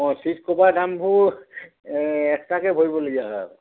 অঁ seat cover দামবোৰ এক্সট্ৰাকৈ ভৰিবলগীয়া হয়